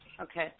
Okay